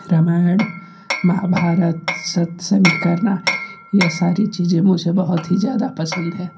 रामायण महाभारत सत्संग करना यह सारी चीज़ें मुझे बहुत ही ज़्यादा पसंद है